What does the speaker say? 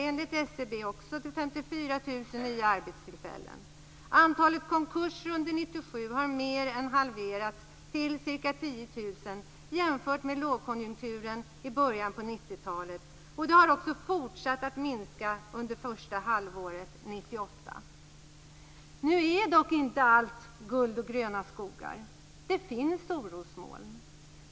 1997 har mer än halverats till ca 10 000 jämfört med långkonjunkturen i början av 90-talet, och konkurserna har fortsatt att minska under det första halvåret Nu är dock inte allt guld och gröna skogar. Det finns orosmoln.